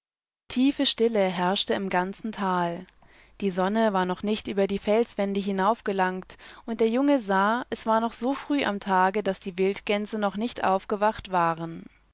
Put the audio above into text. tiefe stille herrschte im ganzen tal die sonne war noch nicht über die felswände hinaufgelangt und der junge sah es war noch so früh am tage daß die wildgänse noch nicht aufgewacht waren